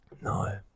No